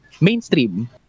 Mainstream